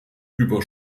über